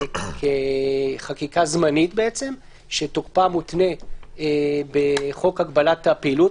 שזו חקיקה זמנית שתוקפה מותנה בחוק הגבלת הפעילות,